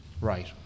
Right